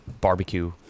barbecue